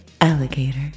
alligator